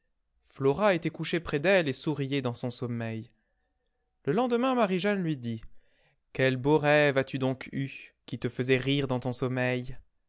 flora était couchée près d'elle et souriait dans son sommeil le lendemain marie-jeanne lui dit quel beau rêve as-tu donc eu qui te faisait rire dans ton sommeil